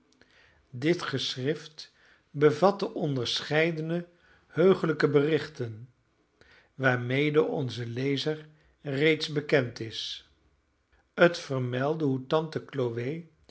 dit geschrift bevatte onderscheidene heugelijke berichten waarmede onze lezer reeds bekend is het vermeldde hoe tante chloe